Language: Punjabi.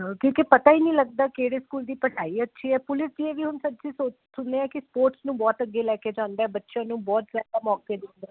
ਹਾਂ ਕਿਉਂਕਿ ਪਤਾ ਹੀ ਨਹੀਂ ਲੱਗਦਾ ਕਿਹੜੇ ਸਕੂਲ ਦੀ ਪੜਾਈ ਅੱਛੀ ਹ ਪੁਲਿਸ ਦੀ ਵੀ ਹੋ ਸਕਦੀ ਕਿ ਸਪੋਰਟਸ ਨੂੰ ਬਹੁਤ ਅੱਗੇ ਲੈ ਕੇ ਜਾਂਦਾ ਬੱਚਿਆਂ ਨੂੰ ਬਹੁਤ ਜਿਆਦਾ ਮੌਕੇ ਦਿੰਦਾ